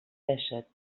dèsset